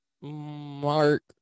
Mark